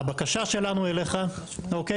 הבקשה שלנו אליך, אוקיי?